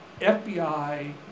FBI